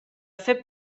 fer